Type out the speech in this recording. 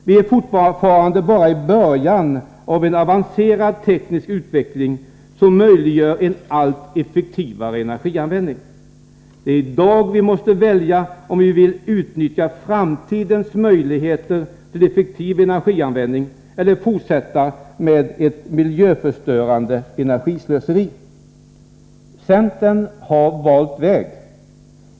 Vi är fortfarande bara i början av en avancerad teknisk utveckling som möjliggör en allt effektivare energianvändning. Det är i dag vi måste välja om vi vill utnyttja framtidens möjligheter till effektiv energianvändning eller fortsätta med ett miljöförstörande energislöseri. Centern har valt väg.